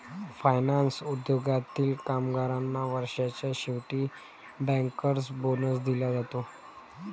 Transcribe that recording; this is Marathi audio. फायनान्स उद्योगातील कामगारांना वर्षाच्या शेवटी बँकर्स बोनस दिला जाते